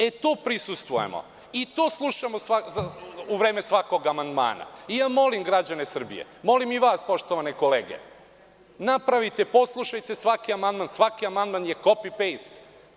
E, tu prisustvujemo i to slušamo u vreme svakog amandmana, i molim građane Srbije, molim i vas poštovane kolege, napravite, poslušajte svaki amandman, svaki amandman nam je „kopi pejst“